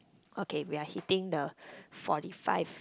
okay we are hitting the fourty five